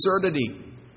absurdity